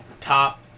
top